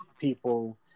people